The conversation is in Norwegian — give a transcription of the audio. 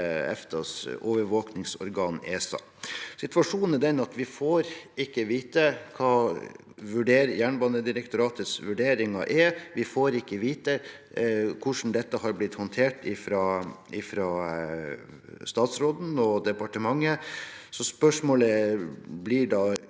EFTAs overvåkningsorgan, ESA. Situasjonen er den at vi ikke får vite hva Jernbanedirektoratets vurderinger er. Vi får ikke vite hvordan dette har blitt håndtert av statsråden og departementet. Spørsmålet blir da: